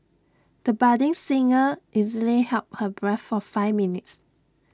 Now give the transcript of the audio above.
the budding singer easily held her breath for five minutes